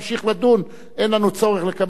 אין לנו צורך לקבל החלטה נוספת.